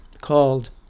called